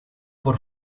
por